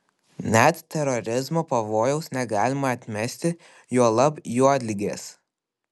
net terorizmo pavojaus negalima atmesti juolab juodligės